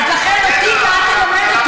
אמרתי לך שאני מפרגן לך,